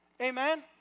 Amen